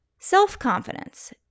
Self-confidence